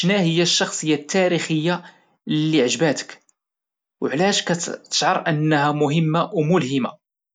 شناهيا الشخصية التاريخية اللي عجباتك وعلاش كاتشعر انها مهمه وملهمة؟